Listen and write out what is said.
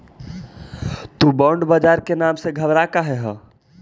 तु बॉन्ड बाजार के नाम से घबरा काहे ह?